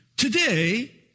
Today